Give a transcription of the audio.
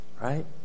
right